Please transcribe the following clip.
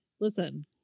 Listen